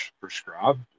prescribed